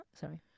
Sorry